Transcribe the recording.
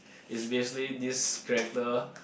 is basically this character